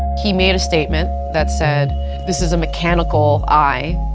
he made a statement that said this is a mechanical eye,